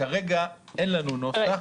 כרגע אין לנו נוסח,